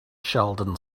sheldon